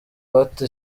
bata